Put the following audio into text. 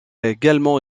également